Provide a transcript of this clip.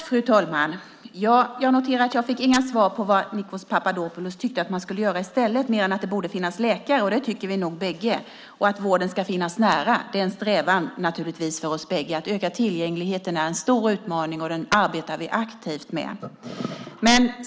Fru talman! Jag noterar att jag inte fick några svar på vad Nikos Papadopoulos tyckte att man skulle göra i stället mer än att det borde finnas läkare, och det tycker vi nog bägge två liksom att vården ska finnas nära. Det är naturligtvis en strävan för oss bägge. Att öka tillgängligheten är en stor utmaning, och den arbetar vi aktivt med.